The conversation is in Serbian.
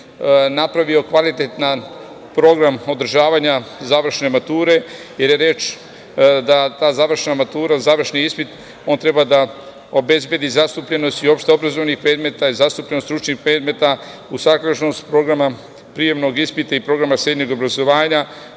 napravio kvalitetan program održavanja završne mature, jer je reč o tome da ta završna matura, završni ispit treba da obezbedi zastupljenost i opšteobrazovnih predmeta, zastupljenost stručnih predmeta, usaglašenost programa prijemnog ispita i programa srednjeg obrazovanja,